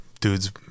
dude's